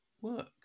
work